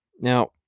Now